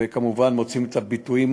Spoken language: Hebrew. וכמובן מוצאים את הביטויים